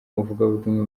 umuvugabutumwa